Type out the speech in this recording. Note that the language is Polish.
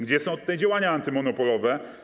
Gdzie są tutaj działania antymonopolowe?